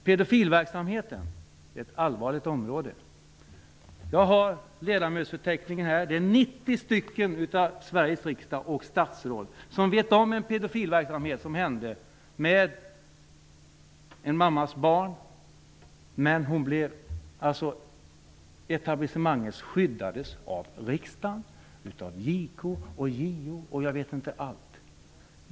Pedofilverksamheten är allvarlig. Jag har med mig ledamotsförteckningen. 90 personer i Sveriges riksdag och Sveriges regering känner till en historia med pedofiler och barn. Etablissemanget skyddades av riksdagen JK, JO m.fl.